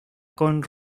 con